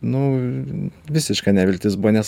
nu visiška neviltis buvo nes